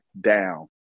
down